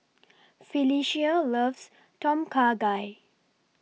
Phylicia loves Tom Kha Gai